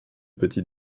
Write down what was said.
petit